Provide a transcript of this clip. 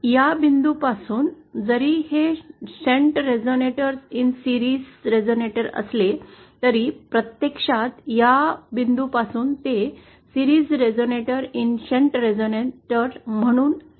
या बिंदूपासून जरी हे शंट मध्ये मालिका रेझोनेटर असले तरी प्रत्यक्षात या बिंदू पासून ते मालिका मध्ये शंट रेझोनेटर म्हणून दिसतात